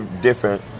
different